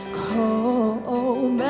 cold